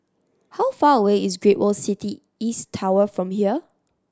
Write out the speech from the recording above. how far away is Great World City East Tower from here